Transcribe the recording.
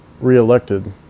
reelected